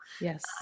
Yes